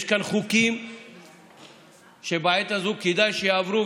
יש כאן חוקים שבעת הזאת כדאי שיעברו,